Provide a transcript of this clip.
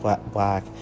Black